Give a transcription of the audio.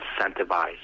incentivize